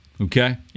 okay